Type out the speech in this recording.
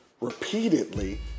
repeatedly